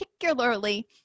particularly